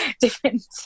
different